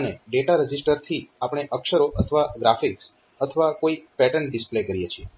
અને ડેટા રજીસ્ટરથી આપણે અક્ષરો અથવા ગ્રાફિક્સ અથવા કોઈ પેટર્ન ડિસ્પ્લે કરીએ છીએ